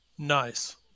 Nice